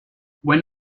when